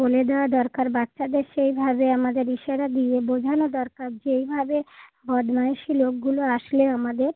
বলে দেওয়া দরকার বাচ্চাদের সেইভাবে আমদের বিষয়টা দিয়ে বোঝানো দরকার যে এইভাবে বদমাশ লোকগুলো আসলে আমাদের